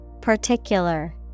Particular